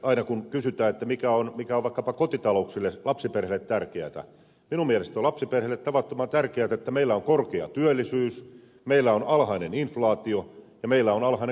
aina kun kysytään mikä on vaikkapa kotitalouksille lapsiperheille tärkeätä minun mielestäni lapsiperheille on tavattoman tärkeätä että meillä on korkea työllisyys meillä on alhainen inflaatio ja meillä on alhainen korkokanta